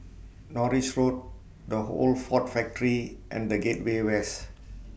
Norris Road The Old Ford Factory and The Gateway West